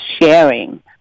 sharing